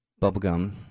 bubblegum